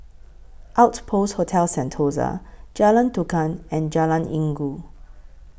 Outpost Hotel Sentosa Jalan Tukang and Jalan Inggu